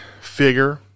figure